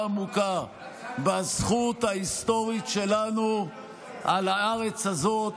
עמוקה בזכות ההיסטורית שלנו על הארץ הזאת,